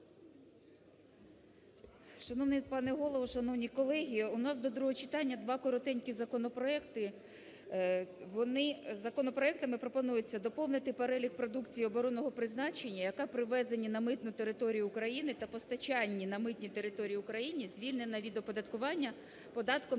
Шановний пане Голово, шановні колеги! У нас до другого читання два коротенькі законопроекти. Вони, законопроектами пропонується доповнити перелік продукції оборонного призначення, яка при ввезенні на митну територію України та постачанні на митній території України звільнена від оподаткування податком